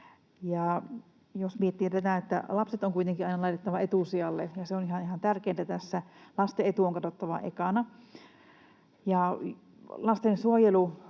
lapset on kuitenkin aina laitettava etusijalle, ja se on ihan tärkeintä tässä, lasten etu on katsottava ekana. Lastensuojelu